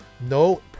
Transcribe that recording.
No